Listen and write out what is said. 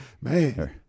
Man